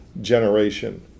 generation